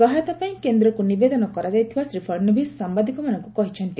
ସହାୟତା ପାଇଁ କେନ୍ଦ୍ରକୁ ନିବେଦନ କରାଯାଇଥିବା ଶ୍ରୀ ଫଡ଼ନଭିସ୍ ସାମ୍ବାଦିକମାନଙ୍କୁ କହିଛନ୍ତି